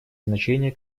значение